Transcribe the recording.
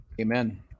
Amen